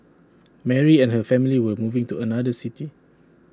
Mary and her family were moving to another city